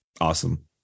awesome